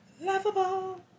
Lovable